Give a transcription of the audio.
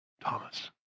Thomas